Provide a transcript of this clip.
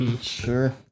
Sure